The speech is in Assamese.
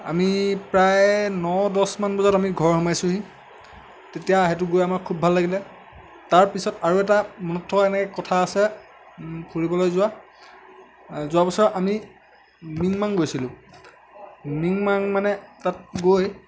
আমি প্ৰায় ন দহ মান বজাত আমি ঘৰ সোমাইছোঁহি তেতিয়া সেইটো গৈ আমাৰ খুব ভাল লাগিলে তাৰপিছত আৰু এটা মনত থকা এনেকে কথা আছে ফুৰিবলৈ যোৱা যোৱাবছৰ আমি মিংমাং গৈছিলোঁ মিংমাং মানে তাত গৈ